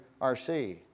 RC